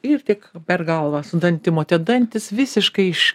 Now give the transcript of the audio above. ir tik per galvą su dantim o tie dantys visiškai iš